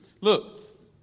Look